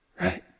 right